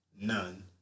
None